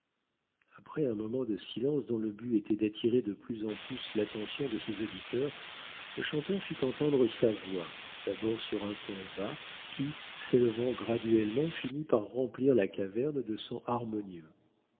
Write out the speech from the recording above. après un moment de silence dont le but était d'attirer de plus en plus l'attention de ses auditeurs le chanteur fit entendre sa voix d'abord sur un ton bas qui s'élevant graduellement finit par remplir la caverne de sons harmonieux